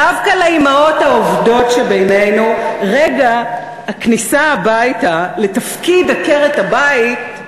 דווקא לאימהות העובדות שבינינו רגע הכניסה הביתה לתפקיד עקרת-הבית,